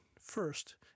first